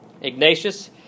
Ignatius